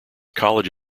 college